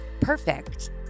Perfect